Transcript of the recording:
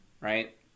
right